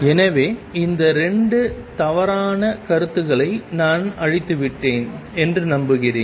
எனவே இந்த 2 தவறான கருத்துக்களை நான் அழித்துவிட்டேன் என்று நம்புகிறேன்